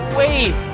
wait